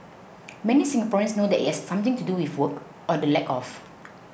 many Singaporeans know that it has something to do with work or the lack of